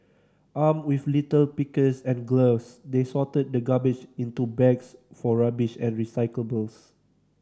armed with litter pickers and gloves they sorted the garbage into bags for rubbish and recyclables